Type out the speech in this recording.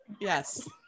Yes